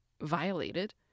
violated